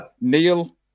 Neil